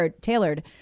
tailored